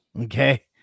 Okay